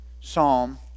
psalm